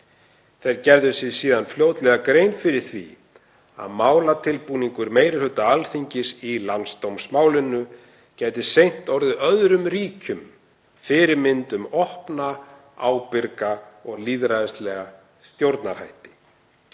Þeir gerðu sér síðan fljótlega grein fyrir því að málatilbúningur meiri hluta Alþingis í landsdómsmálinu gæti seint orðið öðrum ríkjum fyrirmynd um opna, ábyrga og lýðræðislega stjórnarhætti.